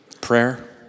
Prayer